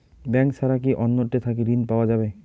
Bank ছাড়া কি অন্য টে থাকি ঋণ পাওয়া যাবে?